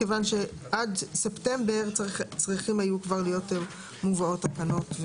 כיוון שעד ספטמבר צריכות היו לבוא תקנות.